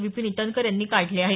विपिन ईटनकर यांनी काढले आहेत